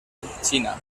xina